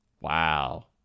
Wow